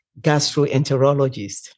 gastroenterologist